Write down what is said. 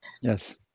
Yes